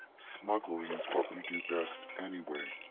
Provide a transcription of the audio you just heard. smuggling's what we do best anyway.